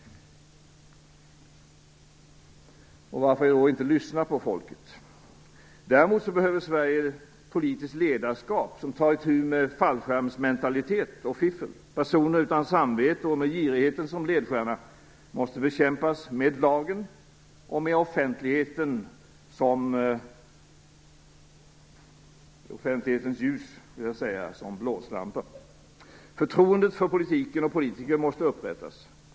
Varför inte lyssna på folket? Däremot behöver Sverige politiskt ledarskap som tar itu med fallskärmsmentalitet och fiffel. Personer utan samvete och med girigheten som ledstjärna måste bekämpas med lagen och med offentlighetens ljus som blåslampa. Förtroende för politiken och för politiker måste upprättas.